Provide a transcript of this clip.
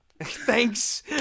Thanks